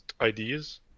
ideas